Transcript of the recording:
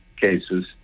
cases